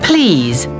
Please